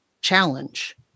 challenge